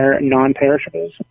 non-perishables